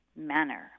manner